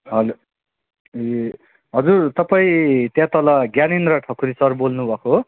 हजुर ए हजुर तपाईँ त्यहाँ तल ज्ञानेन्द्र ठकुरी सर बोल्नुभएको हो